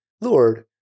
Lord